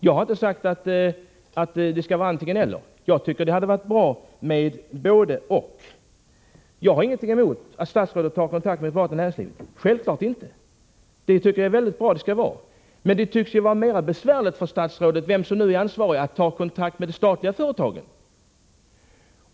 Jag har inte sagt att det skulle vara antingen-eller. Jag tycker att det hade varit bra med både-och. Självfallet har jag ingenting emot att statsrådet tar kontakt med parter i näringslivet. Jag tycker att det är så det skall gå till. Men det tycks vara besvärligare för statsrådet — vem som nu är ansvarig — att ta kontakt med de statliga företagen.